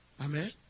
Amen